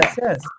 yes